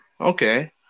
okay